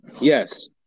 Yes